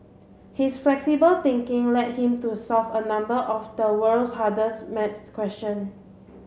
his flexible thinking led him to solve a number of the world's hardest maths question